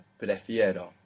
Prefiero